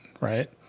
right